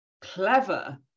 clever